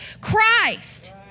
Christ